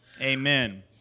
amen